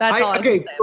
Okay